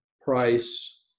price